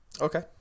okay